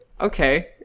Okay